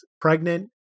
pregnant